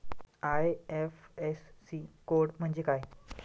IFSC code म्हणजे काय?